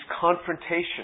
confrontation